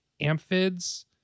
amphids